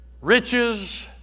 Riches